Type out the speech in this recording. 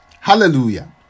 Hallelujah